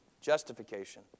Justification